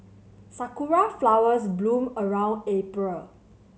sakura flowers bloom around April